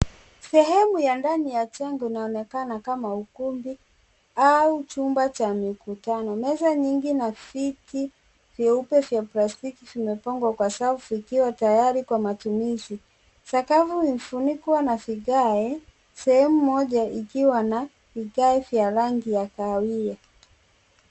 Sehemu ya ndani ya jengo inaonekana kama ukumbi au chumba cha mikutano. Meza nyingi na viti vyeupe vya plastiki vimepangwa kwa safu vikiwa tayari kwa matumizi. Sakafu imefunikwa na vigae, sehemu moja ikiwa na vigae vya rangi ya kahawia.